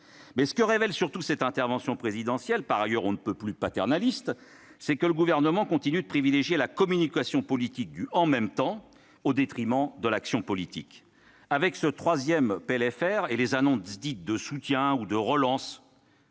vrai ! Ce que révèle surtout cette intervention présidentielle, par ailleurs on ne peut plus paternaliste, c'est que le Gouvernement continue de privilégier la communication politique du « en même temps » au détriment de l'action politique. Avec ce troisième PLFR et les annonces dites de soutien ou de relance,